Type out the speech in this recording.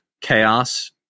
chaos